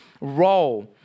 role